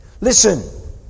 Listen